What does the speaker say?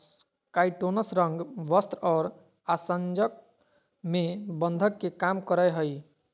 काइटोनस रंग, वस्त्र और आसंजक में बंधक के काम करय हइ